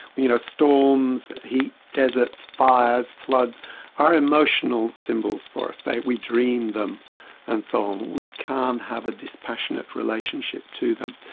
you know storms, heat, deserts, fires, floods are emotional symbols for us, we dream them and so on, we can't have a dispassionate relationship to them.